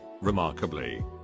Remarkably